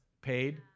paid